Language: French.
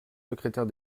secrétaire